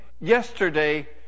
yesterday